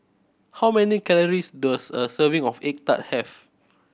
how many calories does a serving of egg tart have